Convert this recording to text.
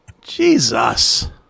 Jesus